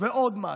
ועוד מס.